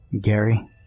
Gary